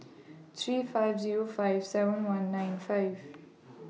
three five Zero five seven one nine five